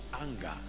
anger